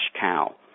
cow